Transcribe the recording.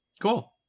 Cool